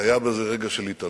והיה בזה רגע של התעלות,